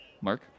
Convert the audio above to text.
Mark